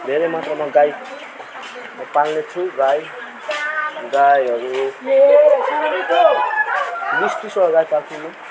धेरै मात्रमा गाई पाल्ने छु गाई गाईहरू बिस तिसवटा गाई पाल्छु म